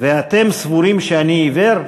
ואתם סבורים שאני עיוור?